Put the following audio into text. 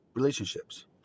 relationships